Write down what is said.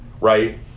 right